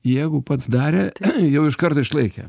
jeigu pats darė jau iš karto išlaikė